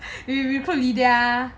eh recruit sia